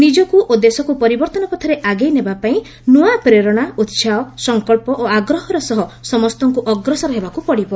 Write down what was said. ନିଜକୁ ଓ ଦେଶକୁ ପରିବର୍ଭନ ପଥରେ ଆଗେଇ ନେବା ପାଇଁ ନୂଆ ପ୍ରେରଣା ଉତ୍ସାହ ସଂକଳ୍ପ ଓ ଆଗ୍ରହର ସହ ସମସ୍ତଙ୍କୁ ଅଗ୍ରସର ହେବାକୁ ପଡ଼ିବ